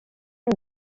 est